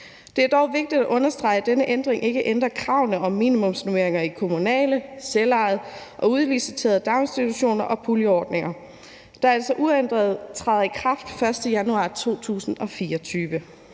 Det er dog vigtigt at understrege, at denne ændring ikke ændrer kravene om minimumsnormeringer i kommunale, selvejende og udliciterede daginstitutioner og puljeordninger, der altså uændret træder i kraft den 1. januar 2024.